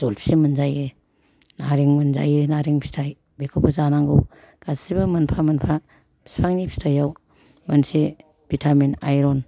जलफि मोनजायो नारें मोनजायो नारें फिथाइ बेखौबो जानांगौ गासिबो मोनफा मोनफा बिफांनि फिथाइआव मोनसे भिटामिन आइरन